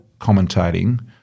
commentating